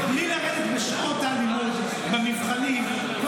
בלי לרדת בשעות הלימוד, במבחנים.